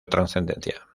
trascendencia